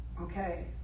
okay